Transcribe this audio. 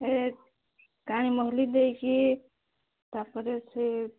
ଏ କାଳିମଲି ଦେଇକି ତା'ପରେ ସେ